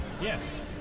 Yes